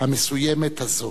המסוימת הזו,